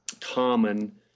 common